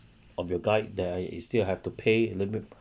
of your guide that I still have to pay limit